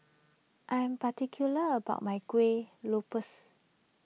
I am particular about my Kuih Lopes